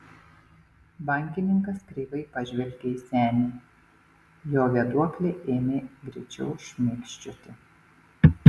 bankininkas kreivai pažvelgė į senį jo vėduoklė ėmė greičiau šmėkščioti